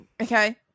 Okay